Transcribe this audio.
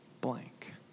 blank